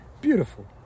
Beautiful